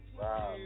Wow